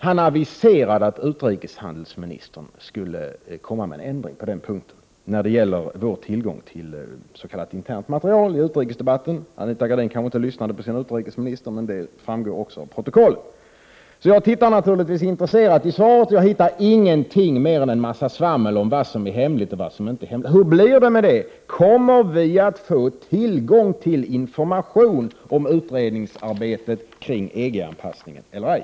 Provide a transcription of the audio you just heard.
Han aviserade i utrikesdebatten att utrikeshandelsministern skulle komma med en ändring när det gäller vår tillgång till s.k. internt material. Anita Gradin kanske inte lyssnade på sin utrikesminister, men detta framgår också av protokoll. Jag tittade naturligtvis intresserat i svaret. Jag hittade ingenting, mer än en massa svammel om vad som är hemligt och inte hemligt. Hur blir det med detta — kommer vi att få tillgång till information om utredningsarbetet kring EG-anpassningen eller ej?